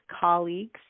colleagues